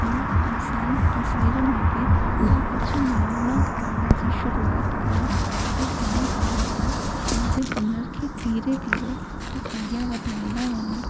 उन आसान तसवीर में बि तव्हां कुझु नओ नओ करण जी शुरुआत कयो ऐं अहिड़ी तरह सां पंहिंजे हुनर खे धीरे धीरे तव्हां अगिया वधाईंदा वञो